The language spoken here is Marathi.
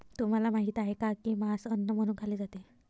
तुम्हाला माहित आहे का की मांस अन्न म्हणून खाल्ले जाते?